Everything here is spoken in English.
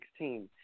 2016